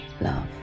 love